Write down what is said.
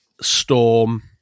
Storm